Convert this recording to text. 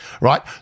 right